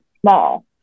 small